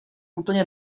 úplně